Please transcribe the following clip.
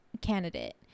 candidate